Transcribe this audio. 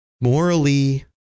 morally